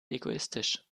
egoistisch